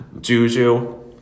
Juju